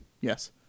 Yes